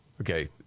Okay